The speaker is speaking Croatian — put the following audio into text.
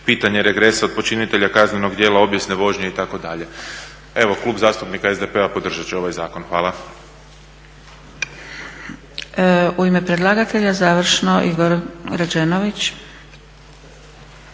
pitanje regresa od počinitelja kaznenog djela obijesne vožnje itd. Evo Klub zastupnika SDP-a podržat će ovaj zakon. Hvala. **Zgrebec, Dragica (SDP)** U ime predlagatelja završno Igor Rađenović.